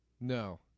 No